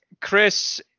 Chris